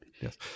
Yes